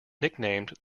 nicknamed